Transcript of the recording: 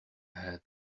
head